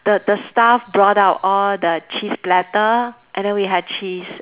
the the staff brought out all the cheese platter and then we had cheese